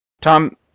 Tom